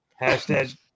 Hashtag